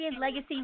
legacy